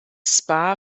spa